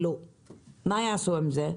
מה יעשו עם זה?